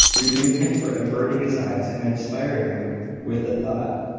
rebuke him for averting his eyes, and inspire him with the thought,